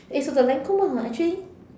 eh so the Lancome one ah actually